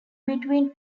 between